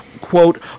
Quote